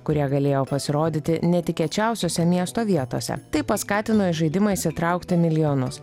kurie galėjo pasirodyti netikėčiausiose miesto vietose tai paskatino į žaidimą įsitraukti milijonus